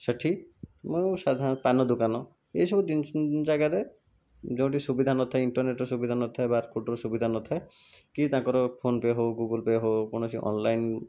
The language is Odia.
ସେଇଠି ମୁଁ ସାଧାରଣତଃ ପାନ ଦୋକାନ ଏହିସବୁ ଜିନିଷ ଜାଗାରେ ଯେଉଁଠି ସୁବିଧା ନ ଥାଏ ଇଣ୍ଟରନେଟ୍ର ସୁବିଧା ନଥାଏ ବାର୍ କୋଡ଼୍ର ସୁବିଧା ନ ଥାଏ କି ତାଙ୍କର ଫୋନପେ' ହେଉ ଗୁଗୁଲପେ' ହେଉ କୌଣସି ଅନଲାଇନ୍